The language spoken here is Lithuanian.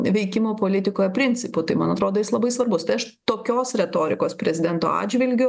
veikimo politikoje principų tai man atrodo jis labai svarbus tai aš tokios retorikos prezidento atžvilgiu